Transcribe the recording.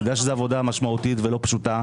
אני יודע שזאת עבודה משמעותית ולא פשוטה,